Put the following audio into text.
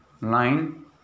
Line